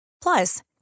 Plus